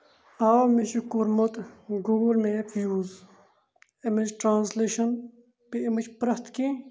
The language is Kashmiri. آ مےٚ چھُ کوٚرمُت گوٗگٕل میپ یوٗز أمِچ ٹرانسلیشن تہٕ اَمِچ پرٮ۪تھ کینٛہہ